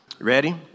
Ready